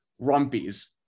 Rumpies